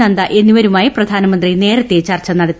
നദ്ദ എന്നിവരുമായി പ്രധാനമന്ത്രി നേരത്തെ ചർച്ചു നടത്തി